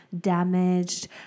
damaged